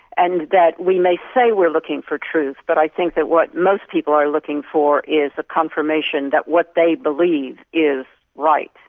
and that we may say we're looking for truth but i think that what most people are looking for is a confirmation that what they believe is right.